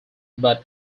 but